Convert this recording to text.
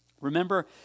remember